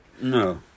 No